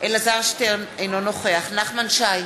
אלעזר שטרן, אינו נוכח נחמן שי,